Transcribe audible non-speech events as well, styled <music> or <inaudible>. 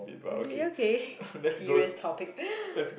okay serious topic <breath>